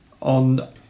On